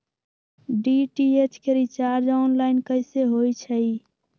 DTH के recharge online कैसे होईछई?